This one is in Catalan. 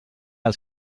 als